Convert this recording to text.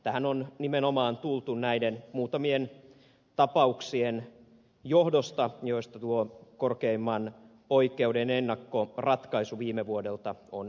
tähän on nimenomaan tultu näiden muutamien tapauksien johdosta joista tuo korkeimman oikeuden ennakkoratkaisu viime vuodelta on yksi